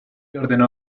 ordeno